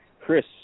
Chris